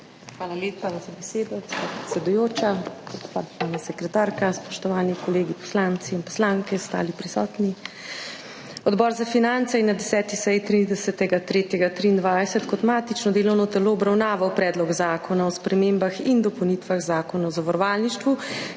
Hvala lepa za besedo, gospa predsedujoča. Gospa državna sekretarka, spoštovani kolegi poslanci in poslanke, ostali prisotni! Odbor za finance je na 10. seji 30. 3. 2023 kot matično delovno telo obravnaval Predlog zakona o spremembah in dopolnitvah Zakona o zavarovalništvu,